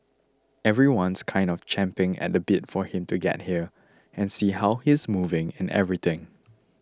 everyone's kind of champing at the bit for him to get here and see how he's moving and everything